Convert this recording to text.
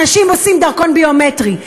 אנשים עושים דרכון ביומטרי.